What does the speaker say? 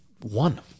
one